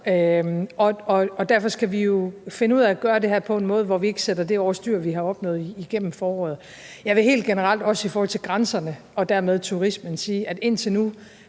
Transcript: og derfor skal vi finde ud af at gøre det her på en måde, hvor vi ikke sætter det, vi har opnået igennem foråret, over styr. Helt generelt vil jeg også i forhold til grænserne og dermed turismen sige, at indtil nu